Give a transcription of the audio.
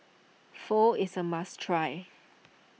Pho is a must try